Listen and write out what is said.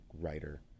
writer